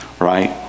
right